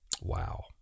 Wow